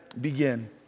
Begin